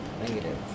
Negative